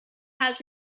has